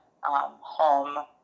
Home